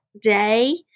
day